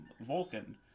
Vulcan